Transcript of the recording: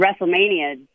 WrestleMania